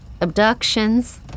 abductions